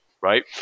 right